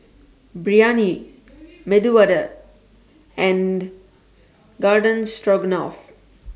Biryani Medu Vada and Garden Stroganoff